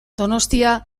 donostia